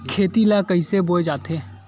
खेती ला कइसे बोय जाथे?